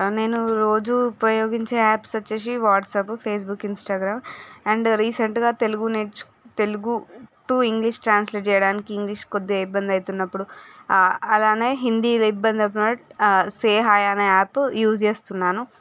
ఆ నేను రోజు ఉపయోగించే యాప్స్ వచ్చేసి వాట్సప్ ఫేస్బుక్ ఇన్స్టాగ్రామ్ అండ్ రీసెంట్గా తెలుగు నేర్చు తెలుగు టూ ఇంగ్లీష్ ట్రాన్స్లేట్ చేయడానికి ఇంగ్లీష్ కొద్దిగా ఇబ్బంది అవుతున్నప్పుడు ఆ అలానే హిందీ ఇబ్బంది అవుతున్నవుడు సే హాయ్ అనే యాప్ యూజ్ చేస్తున్నాను